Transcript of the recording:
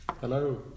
hello